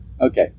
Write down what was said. Okay